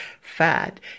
fat